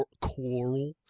Coral